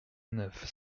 neuf